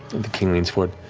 the king leans forward.